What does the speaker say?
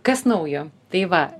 kas naujo tai va